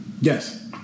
Yes